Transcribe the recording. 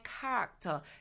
character